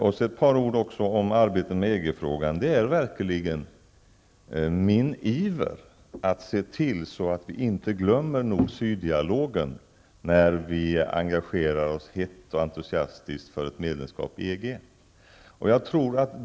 Sedan ett par ord om arbetet med EG-frågan. Det är verkligen min iver att se till så att vi inte glömmer nord--syd-dialogen när vi engagerar oss hett och entusiastiskt för ett medlemskap i EG.